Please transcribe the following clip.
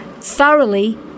thoroughly